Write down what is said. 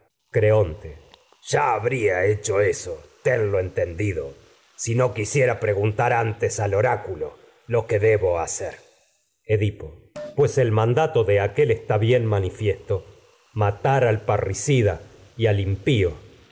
hablar creonte ya habría hecho eso tenlo entendido si no qúisiera preguntar antes al oráculo lo que debo hacer edipo pues el mandato de aquél está bien mani fiesto matar al parricida